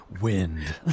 wind